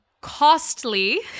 costly